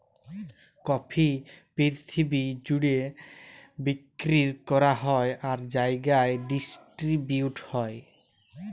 coffee পিরথিবি জ্যুড়ে বিক্কিরি ক্যরা হ্যয় আর জায়গায় ডিসটিরিবিউট হ্যয়